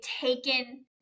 taken